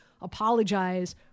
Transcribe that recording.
apologize